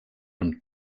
from